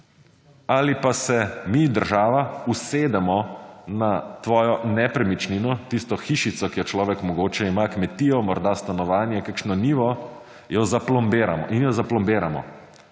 ali pa se mi, država, usedemo na tvojo nepremičnino, tisto hišico, ki jo človek mogoče ima, kmetijo, morda stanovanje, kakšno njivo in jo zaplombiramo,